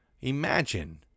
Imagine